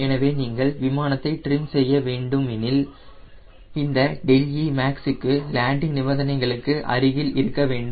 எனவே நீங்கள் விமானத்தை ட்ரிம் செய்ய வேண்டுமெனில் இந்த δe max லேண்டிங் நிபந்தனைகளுக்கு அருகில் இருக்க வேண்டும்